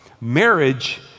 Marriage